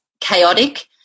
chaotic